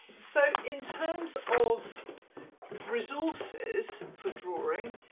so in terms of resources for drawing